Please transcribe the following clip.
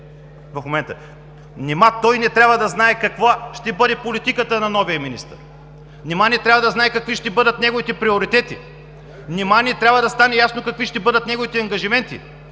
в момента. Нима той не трябва да знае каква ще бъде политиката на новия министър? Нима не трябва да знае какви ще бъдат неговите приоритети? Нима не трябва да стане ясно какви ще бъдат неговите ангажименти?